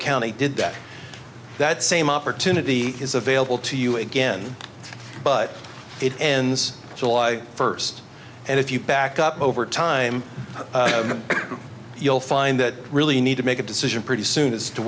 county did that that same opportunity is available to you again but it ends july first and if you back up over time you'll find that really need to make a decision pretty soon as to